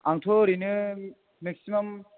आंथ' ओरैनो मेक्सिमाम